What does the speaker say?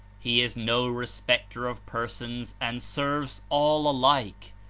he is no respecter of persons and serves all alike,